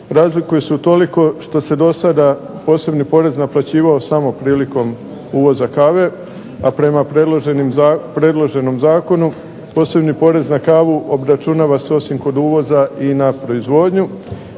razlikuje se utoliko što se do sada posebni porez naplaćivao samo prilikom uvoza kave, a prema predloženom zakonu posebni porez na kavu obračunava se osim kod uvoza i na proizvodnju.